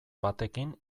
batekin